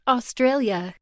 Australia